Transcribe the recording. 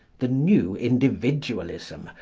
the new individualism,